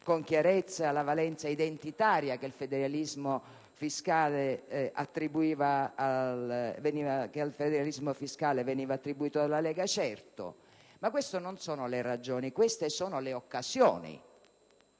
con chiarezza la valenza identitaria che al federalismo fiscale veniva attribuita dalla Lega? Certo, ma queste non sono le ragioni, bensì le occasioni.